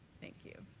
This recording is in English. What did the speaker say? thank you.